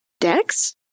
dex